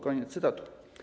Koniec cytatu.